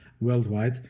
worldwide